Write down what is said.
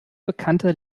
bekannter